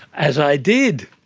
as i did,